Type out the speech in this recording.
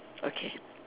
okay